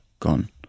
gone